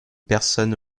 personne